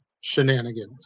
shenanigans